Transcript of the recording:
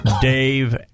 Dave